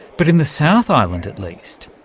but in the south island at least,